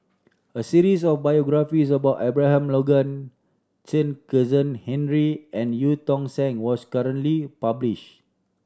a series of biographies about Abraham Logan Chen Kezhan Henri and Eu Tong Sen was currently published